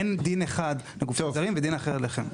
אין דין אחד לגופים אחרים ודין אחר אליכם,